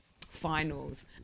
finals